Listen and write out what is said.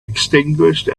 extinguished